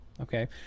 okay